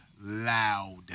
loud